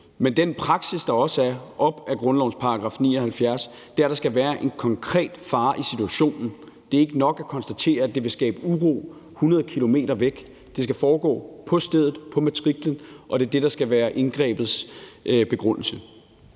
Men den praksis, der også er, og som ligger op ad grundlovens § 79, er, at der skal være en konkret fare i situationen. Det er ikke nok at konstatere, at det vil skabe uro 100 km væk; det skal foregå på stedet, på matriklen, og det er det, der skal være indgrebets begrundelse.